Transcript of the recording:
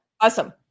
Awesome